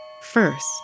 First